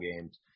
games